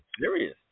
serious